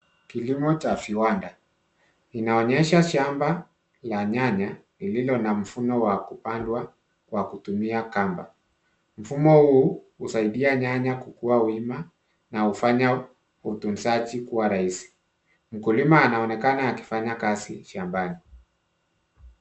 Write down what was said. Kilimo cha viwanda kinaonyesha shamba la nyanya lililo na mfumo wa kupandwa wa kutumia kamba. Mfumo huu husaidia nyanya kukua wima na hufanya ukuzaji kuwa rahisi. Mkulima anaonekana akifanya kazi shambani.